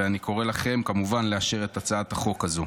אני קורא לכם, כמובן, לאשר את הצעת החוק הזו.